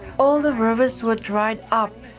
all of the rivers were dried up.